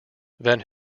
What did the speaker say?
van